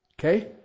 Okay